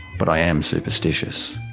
but i am superstitious.